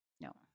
no